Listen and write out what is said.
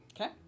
Okay